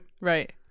Right